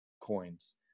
coins